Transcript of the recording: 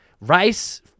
rice